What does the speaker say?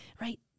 right